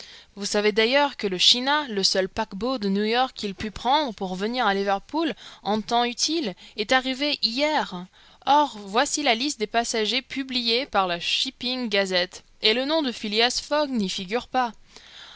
vous savez d'ailleurs que le china le seul paquebot de new york qu'il pût prendre pour venir à liverpool en temps utile est arrivé hier or voici la liste des passagers publiée par la shipping gazette et le nom de phileas fogg n'y figure pas